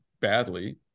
badly